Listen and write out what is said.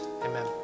Amen